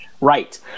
right